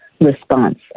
response